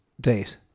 date